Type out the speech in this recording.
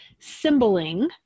symboling